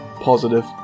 Positive